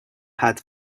had